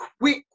quick